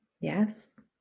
Yes